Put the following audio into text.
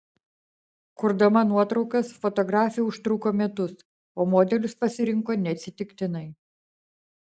kurdama nuotraukas fotografė užtruko metus o modelius pasirinko neatsitiktinai